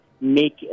make